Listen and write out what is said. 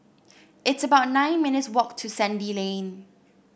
it's about nine minutes' walk to Sandy Lane